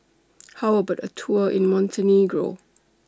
How about A Tour in Montenegro